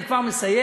אני כבר מסיים,